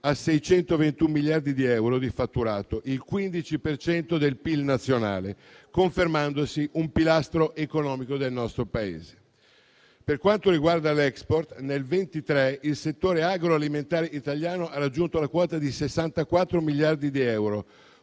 ai 621 miliardi di euro di fatturato, il 15 per cento del PIL nazionale, confermandosi un pilastro economico del nostro Paese. Per quanto riguarda l'*export*, nel 2023 il settore agroalimentare italiano ha raggiunto la quota di 64 miliardi di euro: